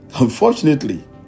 Unfortunately